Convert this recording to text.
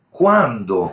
quando